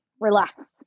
Relax